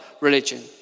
religion